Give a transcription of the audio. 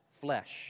flesh